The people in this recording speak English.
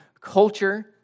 culture